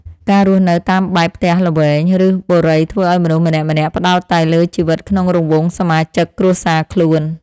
ការរស់នៅតាមបែបផ្ទះល្វែង ឬបុរីធ្វើឱ្យមនុស្សម្នាក់ៗផ្តោតតែលើជីវិតក្នុងរង្វង់សមាជិកគ្រួសារខ្លួន។